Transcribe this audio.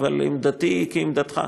אבל עמדתי כעמדתך,